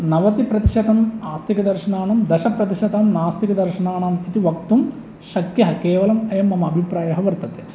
नवतिप्रतिशतम् आस्तिकदर्शणानां दशप्रतिशतं नास्तिकदर्शणानां इति वक्तुं शक्यः केवलम् अयं मम अभिप्रायः वर्तते